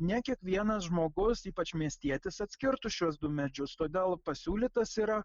ne kiekvienas žmogus ypač miestietis atskirtų šiuos du medžius todėl pasiūlytas yra